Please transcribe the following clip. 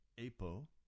apo